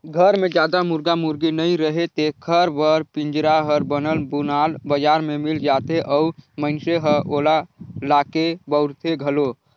घर मे जादा मुरगा मुरगी नइ रहें तेखर बर पिंजरा हर बनल बुनाल बजार में मिल जाथे अउ मइनसे ह ओला लाके बउरथे घलो